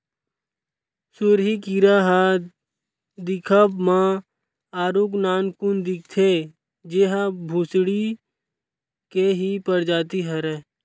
सुरही कीरा ह दिखब म आरुग नानकुन दिखथे, ऐहा भूसड़ी के ही परजाति हरय